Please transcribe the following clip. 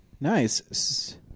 nice